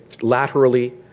laterally